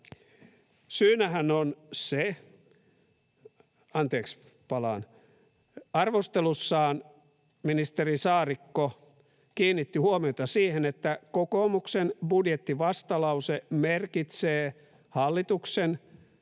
ryhmästä: Kyllä!] Arvostelussaan ministeri Saarikko kiinnitti huomiota siihen, että kokoomuksen budjettivastalause merkitsee hallituksen